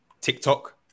TikTok